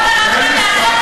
לא טרחתם,